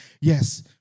Yes